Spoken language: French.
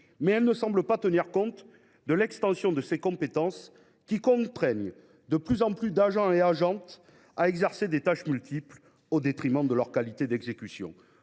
mais elle ne semble pas tenir compte de l’extension des compétences confiées à cette direction, qui contraignent de plus en plus d’agents et agentes à exercer des tâches multiples au détriment de leur qualité d’exécution.